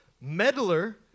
meddler